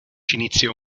iniziò